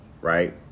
right